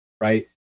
right